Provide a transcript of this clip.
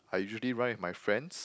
I usually run with my friends